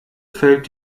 fällt